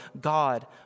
God